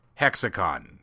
Hexacon